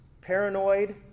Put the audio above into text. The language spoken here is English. paranoid